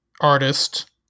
artist